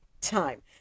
time